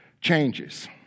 changes